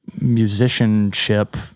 musicianship